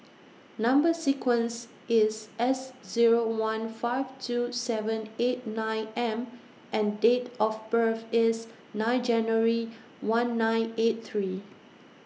Number sequence IS S Zero one five two seven eight nine M and Date of birth IS nine January one nine eight three